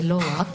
ולא רק,